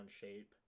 shape